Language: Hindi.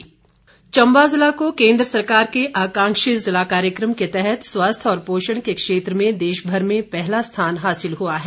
चम्बा चम्बा जिला को केन्द्र सरकार के आकांक्षी जिला कार्यक्रम के तहत स्वस्थ और पोषण के क्षेत्र में देशभर में पहला स्थान हासिल हुआ है